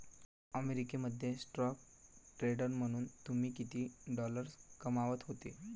America मध्ये stock trader म्हणून तुम्ही किती डॉलर्स कमावत होते